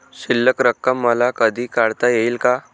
शिल्लक रक्कम मला कधी काढता येईल का?